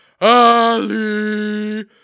Ali